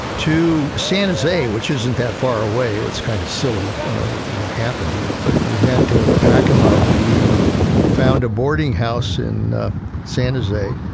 to san jose, which isn't that far away, it's kind of silly what happened here, but we had to pack him up. we found a boarding house in san jose,